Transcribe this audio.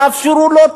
תאפשרו לו.